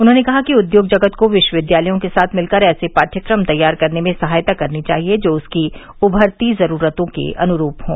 उन्होंने कहा कि उद्योग जगत को विश्वविद्यालयों के साथ मिलकर ऐसे पाठयक्रम तैयार करने में सहायता करनी चाहिए जो उसकी उभरती ज़रूरतों के अनुरूप हों